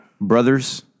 Brothers